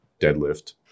deadlift